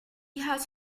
has